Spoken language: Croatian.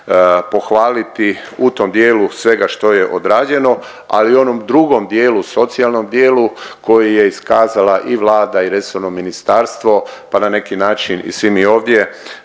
pohvaliti u tom dijelu svega što je odrađeno, ali i u onom drugom dijelu socijalnom dijelu koji je iskazala i Vlada i resorno ministarstvo pa na neki način i svi mi ovdje